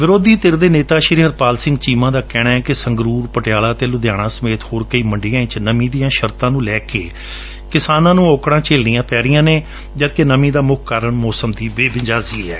ਵਿਰੋਧੀ ਧਿਰ ਦੇ ਨੇਤਾ ਹਰਪਾਲ ਸਿੰਘ ਚੀਮਾ ਦਾ ਕਹਿਣੈ ਕਿ ਸੰਗਰੁਰ ਪਟਿਆਲਾ ਅਤੇ ਲੁਧਿਆਣਾ ਸਮੇਤ ਹੋਰ ਕਈ ਮੰਡੀਆਂ ਵਿਚ ਨਮੀਂ ਦੀਆਂ ਸ਼ਰਤਾਂ ਨੂੰ ਲੈ ਕੇ ਕਿਸਾਨਾਂ ਨੂੰ ਔਕਤਾਂ ਝੇਲਣੀਆਂ ਪੈ ਰਹੀਆਂ ਨੇ ਜਦਕਿ ਨਮੀਂ ਦਾ ਮੁੱਖ ਕਾਰਨ ਮੌਸਮ ਦੀ ਬੇ ਮਿਜਾਜ਼ੀ ਏ